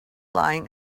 lying